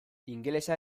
ingelesa